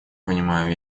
понимаю